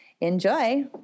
Enjoy